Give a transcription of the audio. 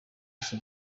gusa